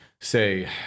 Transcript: say